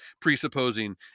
presupposing